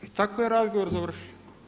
I tako je razgovor završio.